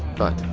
but,